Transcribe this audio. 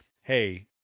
hey